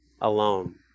alone